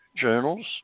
journals